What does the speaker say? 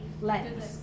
lens